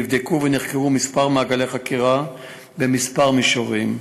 נבדקו ונחקרו כמה מעגלי חקירה בכמה מישורים.